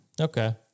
Okay